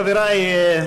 חברי,